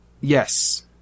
Yes